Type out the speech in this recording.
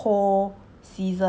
always all the cold